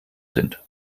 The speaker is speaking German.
sind